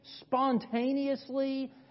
spontaneously